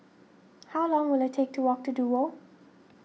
how long will it take to walk to Duo